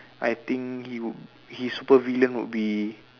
I think you his supervillain would be